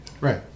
Right